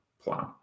plan